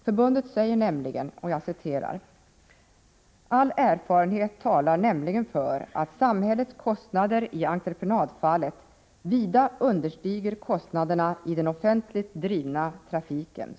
Förbundet säger: All erfarenhet talar nämligen för att samhällets kostnader i entreprenadfallet vida understiger kostnaderna i den offentligt drivna trafiken.